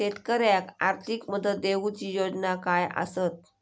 शेतकऱ्याक आर्थिक मदत देऊची योजना काय आसत?